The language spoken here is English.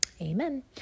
Amen